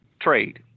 Trade